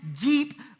deep